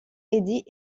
eddie